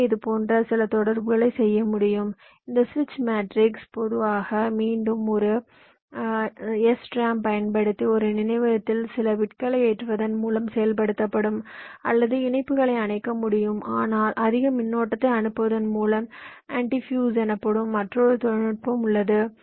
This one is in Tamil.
எனவே இது போன்ற சில தொடர்புகளை செய்ய முடியும் இந்த சுவிட்ச் மேட்ரிக்ஸ் பொதுவாக மீண்டும் ஒரு எஸ்ஆர்ஏஎம் பயன்படுத்தி ஒரு நினைவகத்தில் சில பிட்களை ஏற்றுவதன் மூலம் செயல்படுத்தப்படும் அல்லது இணைப்புகளை அணைக்க முடியும் ஆனால் அதிக மின்னோட்டத்தை அனுப்புவதன் மூலம் ஆன்டி ஃபியூஸ் எனப்படும் மற்றொரு தொழில்நுட்பம் உள்ளது